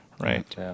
Right